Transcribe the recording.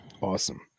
awesome